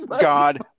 God